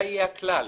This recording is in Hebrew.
זה יהיה הכלל.